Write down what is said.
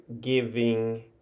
giving